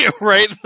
Right